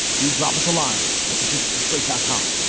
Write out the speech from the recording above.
do drop us a line at the gist at slate dotcom.